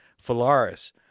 Phalaris